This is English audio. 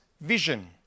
vision